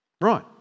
Right